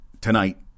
tonight